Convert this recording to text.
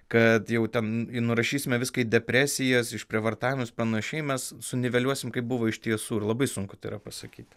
kad jau ten nurašysime viską į depresijas išprievartavimus panašiai mes suniveliuosim kaip buvo iš tiesų labai sunku tai yra pasakyti